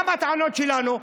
גם את הטענות שלנו,